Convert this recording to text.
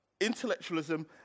intellectualism